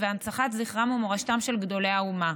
והנצחת זכרם ומורשתם של גדולי האומה.